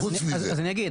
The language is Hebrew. אני אגיד,